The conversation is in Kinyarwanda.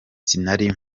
sinari